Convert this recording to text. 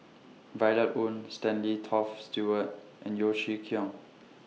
Violet Oon Stanley Toft Stewart and Yeo Chee Kiong